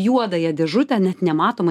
juodąją dėžutę net nematoma